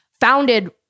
founded